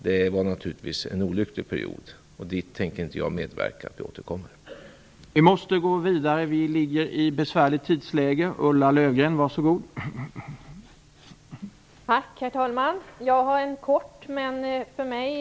Det var naturligtvis en olycklig period, och jag tänker inte medverka till att vi återkommer dit.